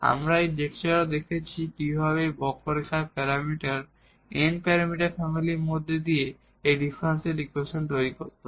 আমরা এই লেকচারেও দেখেছি যে কিভাবে কার্ভর প্যারামিটার n প্যারামিটার ফ্যামিলির মধ্যে দিয়ে এই ডিফারেনশিয়াল ইকুয়েশন তৈরি করতে হয়